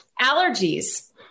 allergies